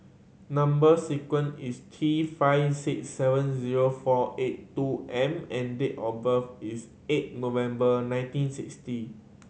number sequence is T five six seven zero four eight two M and date of birth is eight November nineteen sixty